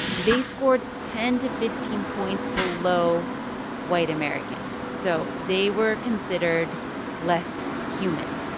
they scored ten to fifteen points below white americans. so they were considered less human.